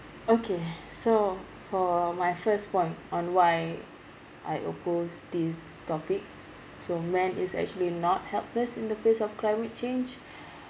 okay so for my first point on why I oppose this topic so man is actually not helpless in the face of climate change